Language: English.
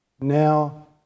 now